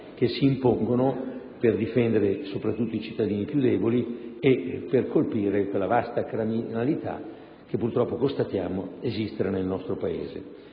che si impongono per difendere soprattutto i cittadini più deboli e per colpire quella vasta criminalità, che purtroppo constatiamo esistere nel nostro Paese.